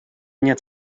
нет